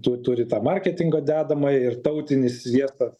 tu turi tą marketingą dedamą ir tautinis sviestas